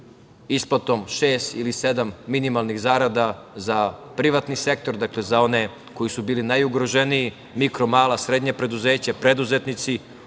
isplatom šest ili sedam minimalnih zarada za privatni sektor, dakle za one koji su bili najugroženiji, mikro, mala i srednja preduzeća, preduzetnici.